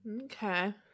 Okay